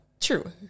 true